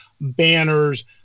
banners